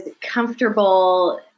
comfortable